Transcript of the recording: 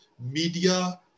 media